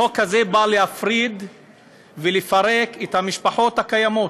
החוק הזה בא להפריד ולפרק משפחות קיימות.